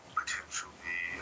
potentially